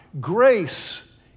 Grace